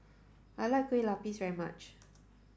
I like Kueh Lapis very much